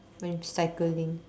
when cycling